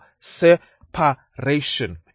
separation